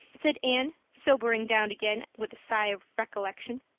said anne, sobering down again with a sigh of recollection,